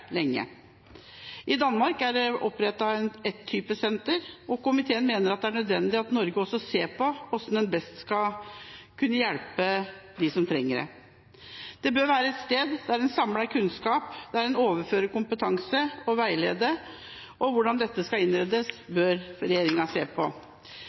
lenge. I Danmark er det opprettet en type senter, og komiteen mener det er nødvendig at Norge også ser på hvordan en best skal kunne hjelpe dem som trenger det. Det bør være et sted der en samler kunnskap, der en overfører kompetanse og veileder. Hvordan dette skal innrettes, bør regjeringa se på.